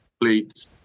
complete